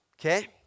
Okay